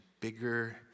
bigger